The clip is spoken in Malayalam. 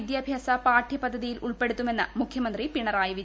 വിദ്യാഭ്യാസ പാഠ്യപദ്ധതിയിൽ ഉൾപ്പെടത്തുമെന്ന് മുഖ്യമന്ത്രി പിണറായി വിജയൻ